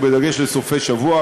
ובדגש על סופי-שבוע,